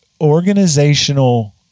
organizational